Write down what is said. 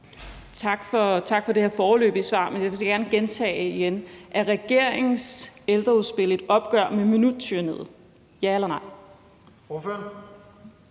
Tak for det her foreløbige svar. Jeg vil så gerne gentage: Er regeringens ældreudspil et opgør med minuttyranniet – ja eller nej?